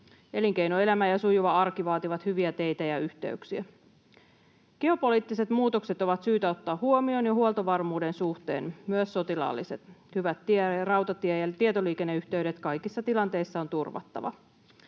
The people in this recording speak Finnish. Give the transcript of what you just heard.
Elinkeinoelämä ja sujuva arki vaativat hyviä teitä ja yhteyksiä. Geopoliittiset muutokset on syytä ottaa huomioon jo huoltovarmuuden suhteen, myös sotilaalliset. Hyvät tie-, rautatie- ja tietoliikenneyhteydet on turvattava